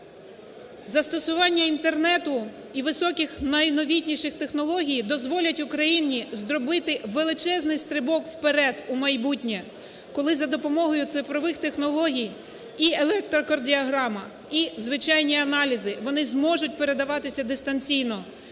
Застосування Інтернету і високих найновітніших технологій дозволять Україні зробити величезний стрибок вперед у майбутнє, коли за допомогою цифрових технологій і електрокардіограма, і звичайні аналізи, вони зможуть передаватися дистанційно.